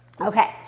Okay